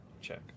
check